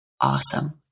awesome